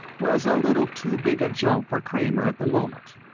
was a little too big a jump for kramer at the moment.